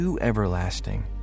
everlasting